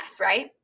right